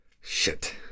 Shit